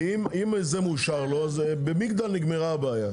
כי אם זה מאושר לו אז במגדל נגמרה הבעיה.